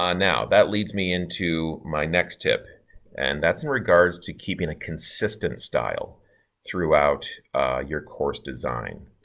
ah now that leads me into my next tip and that's in regards to keeping a consistent style throughout your course design.